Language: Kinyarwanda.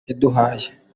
yaduhaye